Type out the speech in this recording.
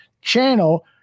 channel